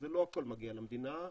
לא הכול מגיע למדינה,